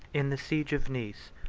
in the siege of nice,